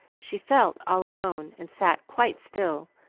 she felt all alone, and sat quite still,